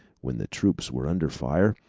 when the troops were under fire,